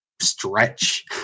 stretch